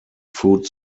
food